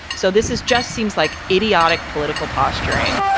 so this is just seems like idiotic political posturing.